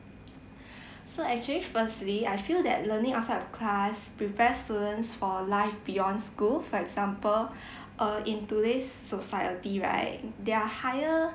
so actually firstly I feel that learning outside of class prepare students for life beyond school for example uh in today's society right there are higher